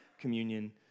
communion